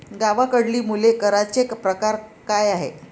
गावाकडली मुले करांचे प्रकार काय आहेत?